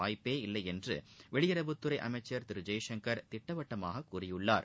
வாய்ப்பே இல்லை என்று வெளியுறவுத்துறை அமைச்சர் திரு ஜெய்சங்கர் திட்டவட்டமாக கூறியுள்ளார்